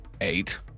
eight